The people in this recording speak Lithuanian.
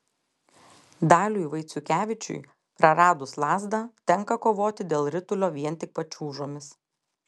daliui vaiciukevičiui praradus lazdą tenka kovoti dėl ritulio vien tik pačiūžomis